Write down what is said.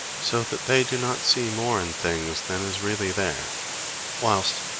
so that they do not see more in things than is really there whilst,